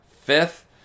fifth